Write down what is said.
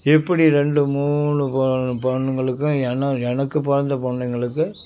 இப்படி ரெண்டு மூணு பொண்ணுங்களுக்கும் எனக்கு எனக்கு பிறந்த பொண்ணுங்களுக்கு